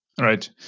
Right